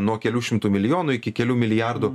nuo kelių šimtų milijonų iki kelių milijardų